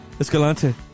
Escalante